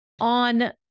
on